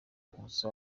nkusi